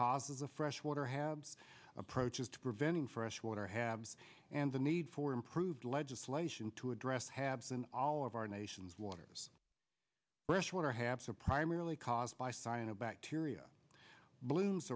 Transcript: causes the freshwater haves approaches to preventing freshwater haves and the need for improved legislation to address haves and all of our nation's waters breast water haps are primarily caused by cyanide bacteria blooms